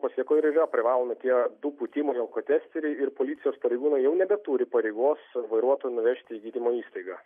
pasėkoj ir yra privalomi tie du pūtimai į alkotesterį ir policijos pareigūnai jau nebeturi pareigos vairuotoją nuvežti į gydymo įstaigą